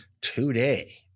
today